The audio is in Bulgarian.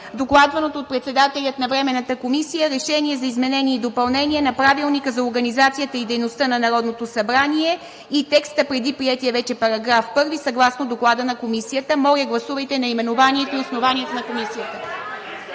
докладваното от председателя на Времената комисия Решение за изменение и допълнение на Правилника за организацията и дейността на Народното събрание и текста преди приетия вече § 1 съгласно Доклада на Комисията. Моля, гласувайте наименованието и основанието на Комисията.